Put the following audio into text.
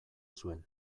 zuen